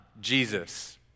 Jesus